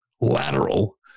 lateral